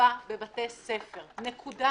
חובה בבתי ספר, נקודה.